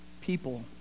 people